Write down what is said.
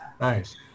Nice